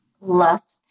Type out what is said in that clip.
lust